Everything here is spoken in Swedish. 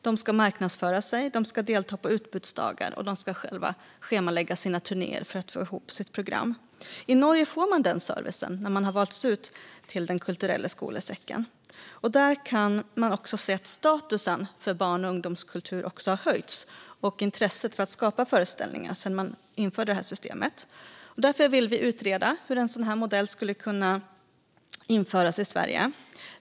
De ska marknadsföra sig, delta på utbudsdagar och själva schemalägga turnéer för att få ihop sitt program. I Norge får man den servicen när man valts ut till Den kulturelle skolesekken. Där kan man också se att statusen har höjts för barn och ungdomskultur och även för intresset för att skapa föreställningar sedan systemet infördes. Vi vill därför utreda hur en sådan modell skulle kunna införas i Sverige.